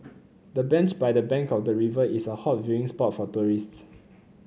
the bench by the bank of the river is a hot viewing spot for tourists